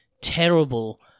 terrible